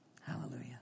Hallelujah